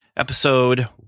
episode